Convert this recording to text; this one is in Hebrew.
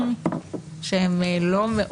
שהוא גם דוקטור למשפטים,